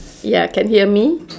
ya can hear me